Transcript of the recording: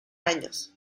años